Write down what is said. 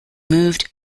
moved